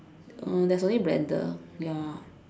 uh there's only blender ya